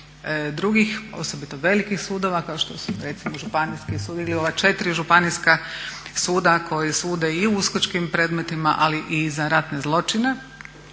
drugih, osobito velikih sudova kao što su recimo županijski sud ili ova 4 županijska suda koji sude i u uskočkim predmetima, ali i za ratne zločine.